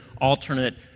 alternate